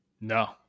No